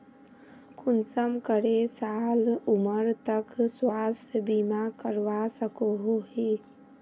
कुंसम करे साल उमर तक स्वास्थ्य बीमा करवा सकोहो ही?